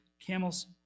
camels